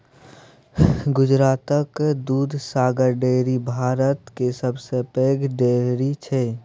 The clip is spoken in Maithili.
गुजरातक दुधसागर डेयरी भारतक सबसँ पैघ डेयरी छै